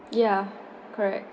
ya ya correct